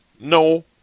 no